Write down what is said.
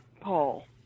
Paul